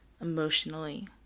emotionally